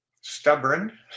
stubborn